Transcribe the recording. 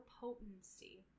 potency